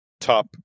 Top